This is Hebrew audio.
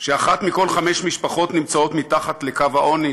שאחת מכל חמש משפחות נמצאת מתחת לקו העוני,